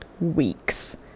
weeks